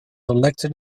elected